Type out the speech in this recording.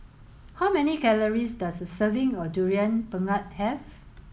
how many calories does a serving of durian pengat have